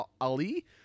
Ali